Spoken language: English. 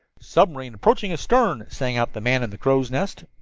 submarine approaching astern! sang out the man in the crow's nest.